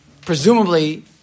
presumably